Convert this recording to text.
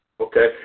Okay